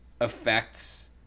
affects